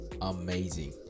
amazing